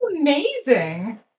Amazing